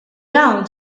hawn